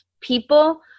people